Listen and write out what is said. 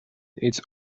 its